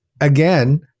again